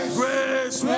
grace